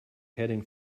heading